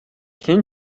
хэн